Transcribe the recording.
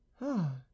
Ah